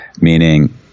meaning